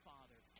Father